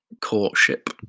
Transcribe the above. courtship